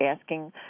asking